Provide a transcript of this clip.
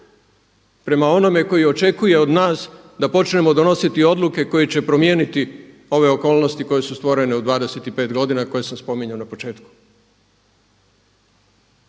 prema onome tko očekuje od nas da počnemo donositi odluke koje će promijeniti ove okolnosti koje su stvorene u 25 godina koje sam spominjao na početku.